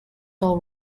all